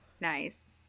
Nice